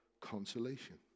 consolation